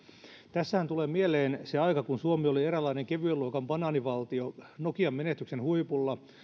tässähän tulee mieleen se aika kun suomi oli eräänlainen kevyen luokan banaanivaltio nokian menestyksen huipulla